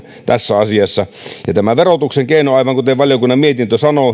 tässä asiassa tämä verotuksellinen keino mitä nyt käytetään aivan kuten valiokunnan mietintö sanoo